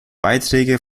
beiträge